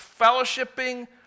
fellowshipping